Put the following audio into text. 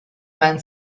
man